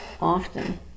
often